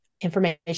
information